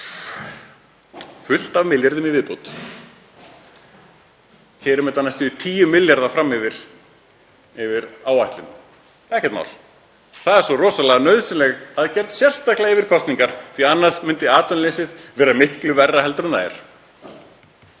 fullt af milljörðum í viðbót, keyrum næstum því 10 milljarða fram úr áætlun. Ekkert mál. Það er svo rosalega nauðsynleg aðgerð, sérstaklega yfir kosningar því að annars myndi atvinnuleysið vera miklu verra en það er.